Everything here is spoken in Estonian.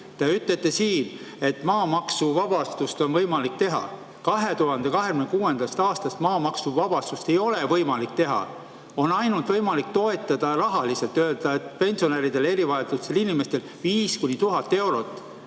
Te ütlete siin, et maamaksuvabastust on võimalik teha. 2026. aastast maamaksuvabastust ei ole võimalik teha. On ainult võimalik toetada rahaliselt, öelda, et pensionäridele ja erivajadusega inimestele 5–1000 eurot,